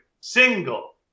single